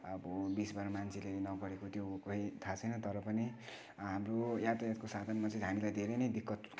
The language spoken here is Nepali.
अब बिचबाट मान्छेले नगरेको त्यो खै थाहा छैन तर पनि हाम्रो यातायातको साधनमा चाहिँ हामीलाई धेरै नै दिक्कत